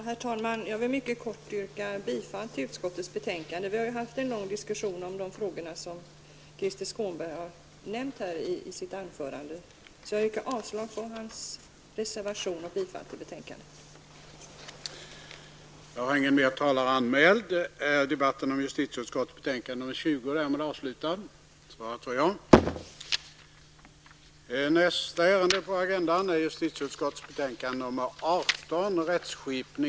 Herr talman! Jag vill mycket kort yrka bifall till utskottets hemställan. Vi har ju haft en lång diskussion om de frågor som Krister Skånberg har tagit upp i sitt anförande. Jag yrkar därför avslag på hans reservation och bifall till utskottets hemställan.